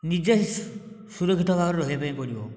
ନିଜେ ସୁରକ୍ଷିତ ଭାବରେ ରହିବା ପାଇଁ ପଡ଼ିବ